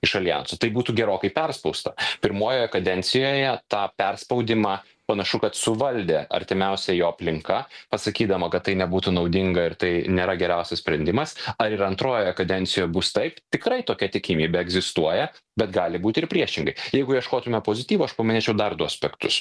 iš aljanso tai būtų gerokai perspausta pirmojoje kadencijoje tą perspaudimą panašu kad suvaldė artimiausia jo aplinka pasakydama kad tai nebūtų naudinga ir tai nėra geriausias sprendimas ar ir antrojoje kadencijoje bus taip tikrai tokia tikimybė egzistuoja bet gali būt ir priešingai jeigu ieškotume pozityvo aš paminėčiau dar du aspektus